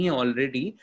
already